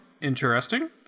interesting